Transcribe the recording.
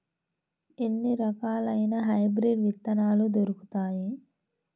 ఎన్ని రకాలయిన హైబ్రిడ్ విత్తనాలు దొరుకుతాయి?